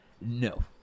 No